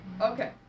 Okay